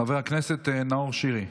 חבר הכנסת נאור שירי.